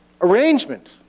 arrangement